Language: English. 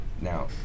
Now